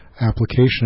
application